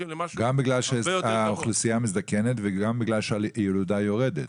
גם בגלל שהאוכלוסייה מזדקנת וגם בגלל שהילודה יורדת.